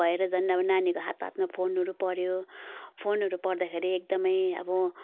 भएर झन् अब नानीहरूको हात हातमा फोनहरू पऱ्यो फोनहरू पर्दाखेरि एकदमै अब